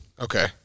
Okay